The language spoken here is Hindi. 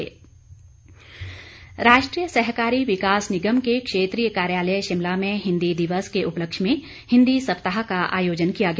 हिंदी सप्ताह राष्ट्रीय सहकारी विकास निगम के क्षेत्रीय कार्यालय शिमला में हिंदी दिवस के उपलक्ष्य में हिंदी सप्ताह का आयोजन किया गया